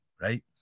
right